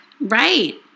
right